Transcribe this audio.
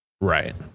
Right